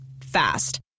Fast